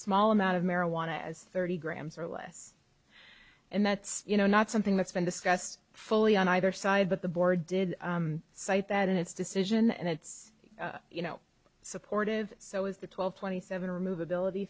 small amount of marijuana as thirty grams or less and that's you know not something that's been discussed fully on either side but the board did cite that in its decision and it's you know supportive so is the twelve twenty seven remove ability